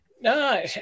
No